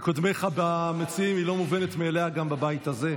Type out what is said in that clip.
לקודמיך במציעים, היא לא מובנת מאליה בבית הזה,